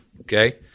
Okay